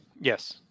Yes